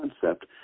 concept